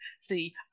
See